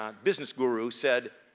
um business guru, said,